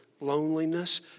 loneliness